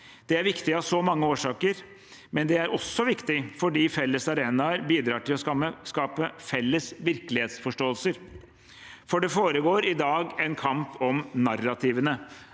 Det er viktig av så mange årsaker, men det er også viktig fordi felles arenaer bidrar til å skape felles virkelighetsforståelser. Det foregår i dag en kamp om narrativene,